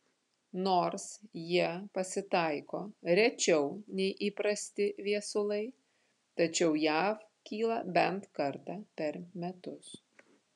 nors jie pasitaiko rečiau nei įprasti viesulai tačiau jav kyla bent kartą per metus